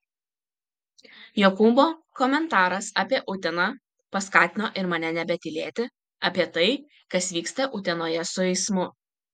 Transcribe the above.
jokūbo komentaras apie uteną paskatino ir mane nebetylėti apie tai kas vyksta utenoje su eismu